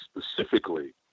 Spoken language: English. specifically